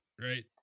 Right